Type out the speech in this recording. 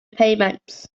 repayments